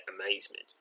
amazement